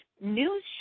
news